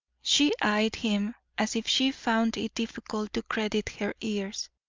she eyed him as if she found it difficult to credit her ears.